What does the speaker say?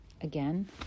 again